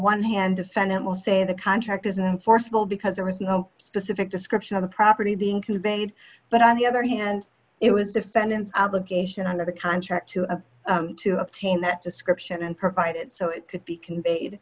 one hand defendant will say the contract is enforceable because there was no specific description of the property being conveyed but on the other hand it was defendant's allegation under the contract to a to obtain that description and provided so it could be conveyed